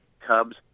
Cubs